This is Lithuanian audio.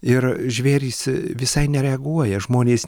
ir žvėrys visai nereaguoja žmonės